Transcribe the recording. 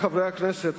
חברי חברי הכנסת,